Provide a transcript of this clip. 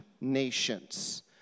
nations